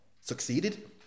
succeeded